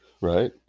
Right